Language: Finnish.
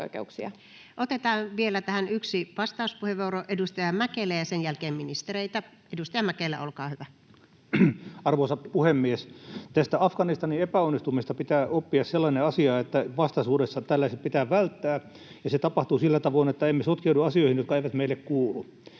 Otetaan tähän vielä yksi vastauspuheenvuoro, edustaja Mäkelä, ja sen jälkeen ministereitä. — Edustaja Mäkelä, olkaa hyvä. Arvoisa puhemies! Tästä Afganistanin epäonnistumisesta pitää oppia sellainen asia, että vastaisuudessa tällaiset pitää välttää, ja se tapahtuu sillä tavoin, että emme sotkeudu asioihin, jotka eivät meille kuulu.